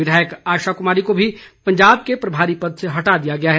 विधायक आशा कुमारी को भी पंजाब के प्रभारी पद से हटा दिया गया है